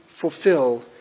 fulfill